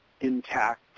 intact